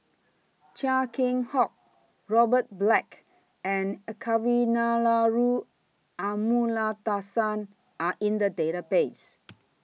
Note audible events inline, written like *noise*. Chia Keng Hock Robert Black and *hesitation* Kavignareru Amallathasan Are in The Database